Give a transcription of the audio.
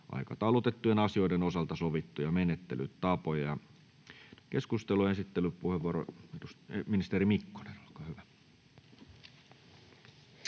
aikataulutettujen asioiden osalta sovittuja menettelytapoja. — Keskusteluun. Esittelypuheenvuoro, ministeri Mikkonen, olkaa hyvä.